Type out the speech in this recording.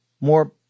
more